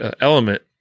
element